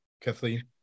Kathleen